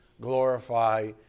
glorify